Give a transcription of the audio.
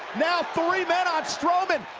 now, three men on strowman.